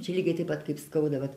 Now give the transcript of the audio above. čia lygiai taip pat kaip skauda vat